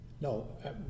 no